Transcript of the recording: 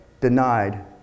denied